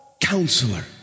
Counselor